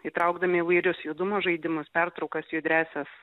įtraukdami įvairius judumo žaidimus pertraukas judriąsias